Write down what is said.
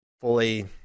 fully